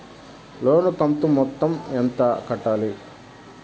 లోను కంతు మొత్తం ఎంత కట్టాలి?